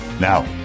Now